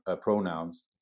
pronouns